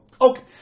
okay